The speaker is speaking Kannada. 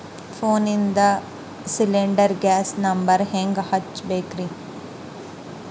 ಫೋನಿಂದ ಸಿಲಿಂಡರ್ ಗ್ಯಾಸ್ ನಂಬರ್ ಹೆಂಗ್ ಹಚ್ಚ ಬೇಕ್ರಿ?